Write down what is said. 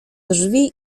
drzwi